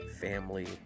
family